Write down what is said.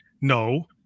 no